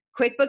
QuickBooks